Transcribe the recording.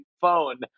phone